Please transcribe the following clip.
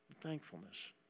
thankfulness